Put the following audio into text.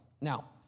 Now